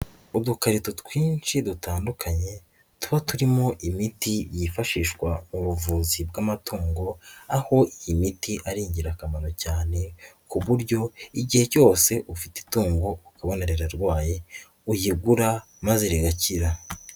Udukarito twinshi dutandukanye tuba turimo imiti yifashishwa mu buvuzi bw'amatungo aho iyi miti ari ingirakamaro cyane ku buryo igihe cyose ufite itungo ukabona rirarwaye uyigura maze rigakira.